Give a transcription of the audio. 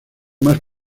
más